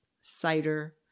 cider